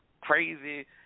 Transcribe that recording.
crazy